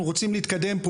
אנחנו רוצים להתקדם.